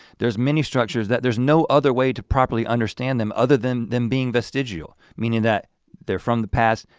there's many structures that there's no other way to properly understand them other than them being vestigial, meaning that they're from the past,